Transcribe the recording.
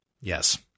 Yes